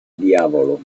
diavolo